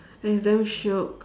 and it's damn shiok